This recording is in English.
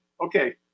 okay